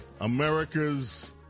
America's